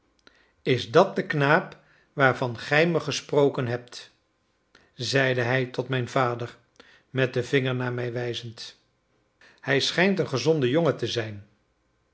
is dat de knaap waarvan gij me gesproken hebt zeide hij tot mijn vader met den vinger naar mij wijzend hij schijnt een gezonde jongen te zijn